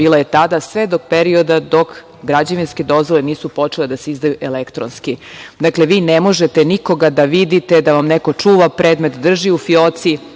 bila je tada, sve do perioda dok građevinske dozvole nisu počele da se izdaju elektronski. Dakle, vi ne možete nikoga da vidite, da vam neko čuva predmet, drži u fioci,